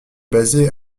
basé